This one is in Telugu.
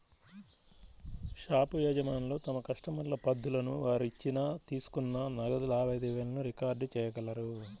షాపు యజమానులు తమ కస్టమర్ల పద్దులను, వారు ఇచ్చిన, తీసుకున్న నగదు లావాదేవీలను రికార్డ్ చేయగలరు